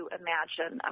imagine